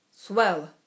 Swell